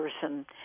person